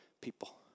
people